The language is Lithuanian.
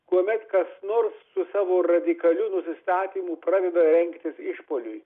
kuomet kas nors su savo radikaliu nusistatymu pradeda rengtis išpuoliui